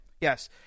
Yes